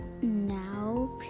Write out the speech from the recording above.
now